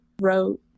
wrote